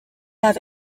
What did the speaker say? have